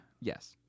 Yes